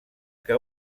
que